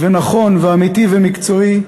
נכון, אמיתי ומקצועי,